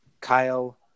Kyle